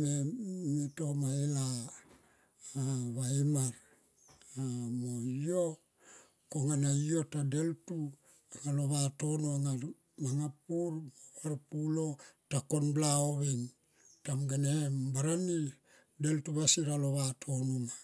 me tomae la mar mo yo konga na yo ta deltu alo vatono anga pur. Varpule ta kon bla oh veng ta munkone bara ni deltu vasier alo vatono ma.